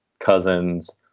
cousins,